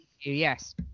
Yes